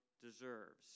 deserves